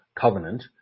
covenant